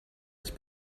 was